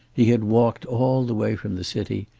he had walked all the way from the city,